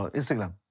Instagram